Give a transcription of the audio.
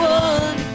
one